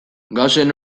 gauzen